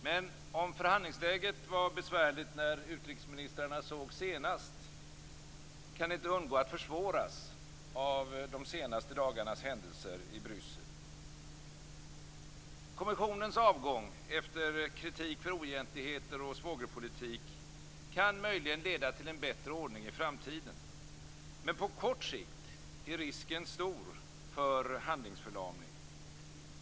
Men om förhandlingsläget var besvärligt när utrikesministrarna sågs senast, kan det inte undgå att försvåras av de senaste dagarnas händelser i Bryssel. Kommissionens avgång efter kritik för oegentligheter och svågerpolitik kan möjligen leda till en bättre ordning i framtiden. Men på kort sikt är risken stor för handlingsförlamning.